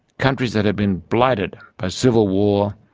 countries that have been blighted by civil war,